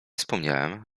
wspomniałem